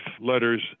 letters